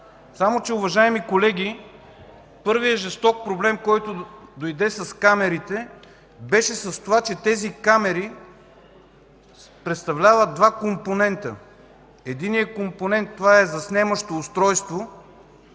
виновен. Уважаеми колеги, първият жесток проблем, който дойде с камерите, беше от това, че тези камери представляват два компонента. Единият компонент е заснемащото устройство,